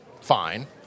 fine